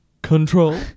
control